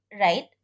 right